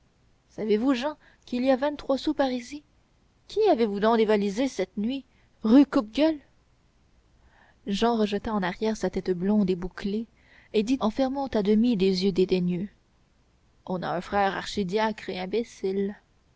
savez-vous jehan qu'il y a vingt-trois sous parisis qui avez-vous donc dévalisé cette nuit rue coupe gueule jehan rejeta en arrière sa tête blonde et bouclée et dit en fermant à demi des yeux dédaigneux on a un frère archidiacre